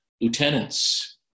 lieutenants